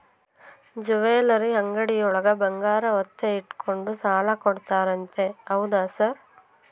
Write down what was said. Jewellery ಅಂಗಡಿಯೊಳಗ ಬಂಗಾರ ಒತ್ತೆ ಇಟ್ಕೊಂಡು ಸಾಲ ಕೊಡ್ತಾರಂತೆ ಹೌದಾ ಸರ್?